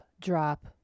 drop